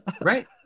Right